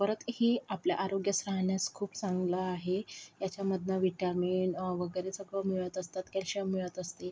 परत ही आपल्या आरोग्यास राहण्यास खूप चांगलं आहे याच्यामधनं व्हिटॅमिन वगैरे सगळं मिळत असतात कॅल्शियम मिळत असते